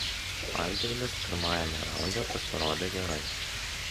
algirdas pirmajame raunde pasirodė gerai